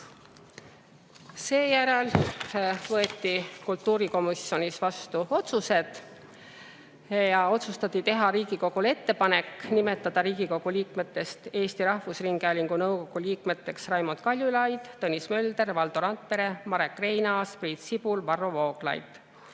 Seejärel võeti kultuurikomisjonis vastu otsused. Otsustati teha Riigikogule ettepanek nimetada Riigikogu liikmetest Eesti Rahvusringhäälingu nõukogu liikmeteks Raimond Kaljulaid, Tõnis Mölder, Valdo Randpere, Marek Reinaas, Priit Sibul, Varro Vooglaid.